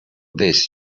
this